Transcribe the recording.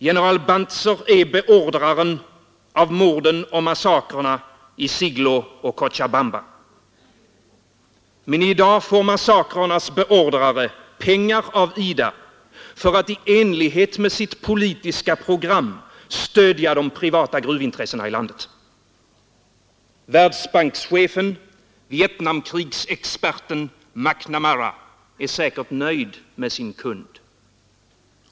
General Banzer är beordraren av morden och massakrerna i Siglo och Cochabamba. Men i dag får massakrernas beordrare pengar av IDA för att i enlighet med sitt politiska program stödja de privata gruvintressena i landet. Världsbankschefen, Vietnamkrigsexperten McNamara är säkert nöjd med sin kund.